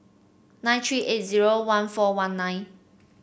nine three eight zero one four one nine